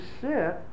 sit